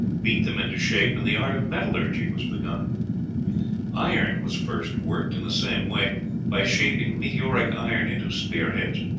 beat them into shape, and the art of metallurgy was begun iron was first worked in the same way by shaping meteoric iron into spear-heads.